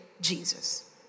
Jesus